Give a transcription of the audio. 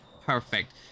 perfect